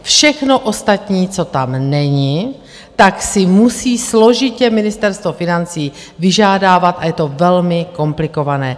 Všechno ostatní, co tam není, tak si musí složitě Ministerstvo financí vyžádávat a je to velmi komplikované.